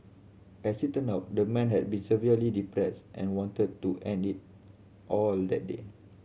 as it turns out the man had been severely depressed and wanted to end it all that day